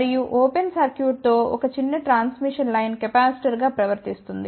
మరియు ఓపెన్ సర్క్యూట్తో ఒక చిన్న ట్రాన్స్మిషన్ లైన్ కెపాసిటర్గా ప్రవర్తిస్తుంది